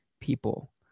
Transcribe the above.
people